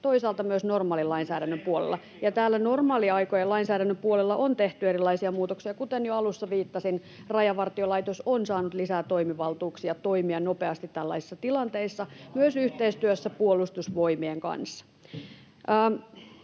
tekniikasta vaan lainsäädännöstä!] Normaaliaikojen lainsäädännön puolella on tehty erilaisia muutoksia, kuten jo alussa viittasin. Rajavartiolaitos on saanut lisää toimivaltuuksia toimia nopeasti tällaisissa tilanteissa myös yhteistyössä Puolustusvoimien kanssa.